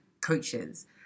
coaches